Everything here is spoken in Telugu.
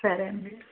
సరే అండి